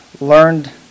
learned